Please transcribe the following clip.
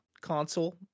console